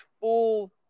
full